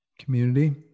Community